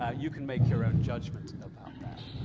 ah you can make your own judgment about that.